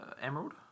Emerald